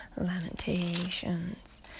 Lamentations